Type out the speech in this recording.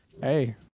Hey